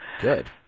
Good